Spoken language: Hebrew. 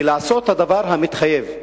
ולעשות את הדבר המתחייב,